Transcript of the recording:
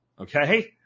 Okay